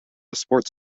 sports